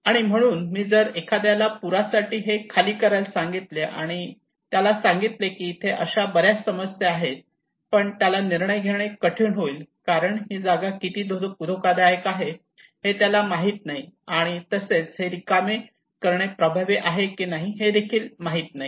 आणि म्हणून जर मी एखाद्याला पुरा साठी हे खाली करायला सांगितले आणि त्याला सांगितले की इथे अशा बऱ्याच समस्या आहेत पण त्याला निर्णय घेणे कठीण होईल कारण ही जागा किती धोकादायक आहे हे त्याला माहीत नाही आणि तसेच हे रिकामे करणे प्रभावी आहे की नाही हे देखील माहित नाही